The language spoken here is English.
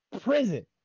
prison